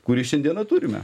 kurį šiandieną turime